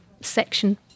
section